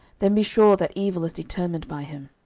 then be sure that evil is determined by him.